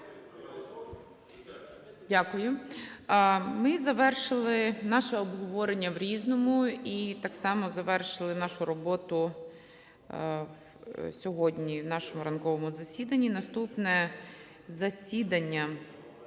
Дякую. Ми завершили наше обговорення в "Різному" і так само завершили нашу роботу сьогодні в нашому ранковому засіданні. Наступне засідання